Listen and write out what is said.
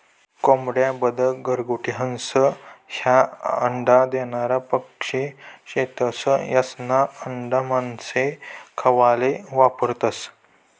कोंबड्या, बदक, घरगुती हंस, ह्या अंडा देनारा पक्शी शेतस, यास्ना आंडा मानशे खावाले वापरतंस